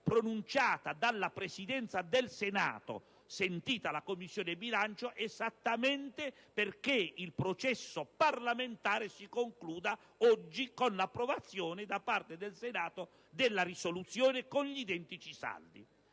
pronunciata dalla Presidenza del Senato sentita la Commissione bilancio, esattamente perché il processo parlamentare si concluda oggi con l'approvazione da parte del Senato della risoluzione con gli identici saldi.